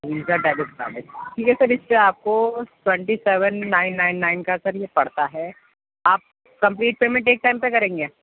visa debit card ہے ٹھیک ہے سر اِس پہ آپ كو twenty seven nine nine nine کا سر یہ پڑتا ہے آپ سبھی پیمنٹ ایک ٹائم پر کریں گے